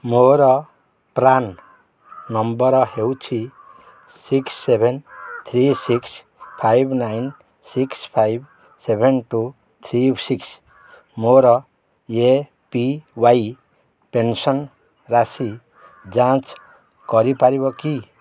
ମୋର PRAN number ହେଉଛି six seven three six five nine six five seven two three six ମୋର A P Y pension ରାଶି ଯାଞ୍ଚ କରିପାରିବ କି